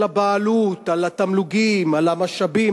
של הבעלות על המשאבים,